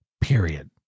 Period